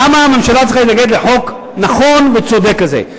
למה הממשלה צריכה להתנגד לחוק נכון וצודק כזה?